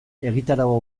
egitarau